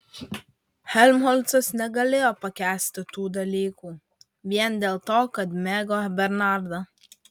helmholcas negalėjo pakęsti tų dalykų vien dėl to kad mėgo bernardą